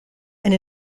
and